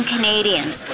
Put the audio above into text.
Canadians